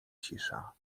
cisza